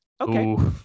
Okay